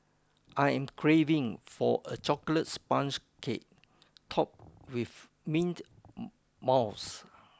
I am craving for a chocolate sponge cake topped with mint mouse